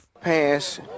pants